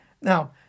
Now